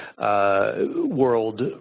world